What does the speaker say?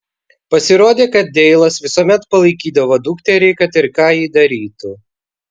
pasirodė kad deilas visuomet palaikydavo dukterį kad ir ką ji darytų